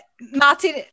Martin